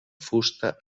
fusta